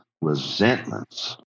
Resentments